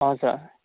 हजुर